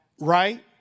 right